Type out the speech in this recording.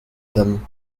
them